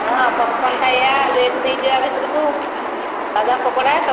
ହଁ ପପକର୍ଣ ଖାଇବା ଲେସ୍ ନେଇଯିବା ଭିତରକୁ ଆଉ ବାଦାମ ପକୋଡ଼ା